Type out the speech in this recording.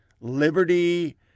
Liberty